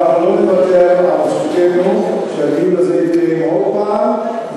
אבל אנחנו לא נוותר על זכותנו שהדיון הזה יתקיים עוד הפעם,